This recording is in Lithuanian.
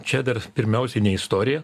čia dar pirmiausia ne istorija